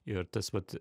ir tas vat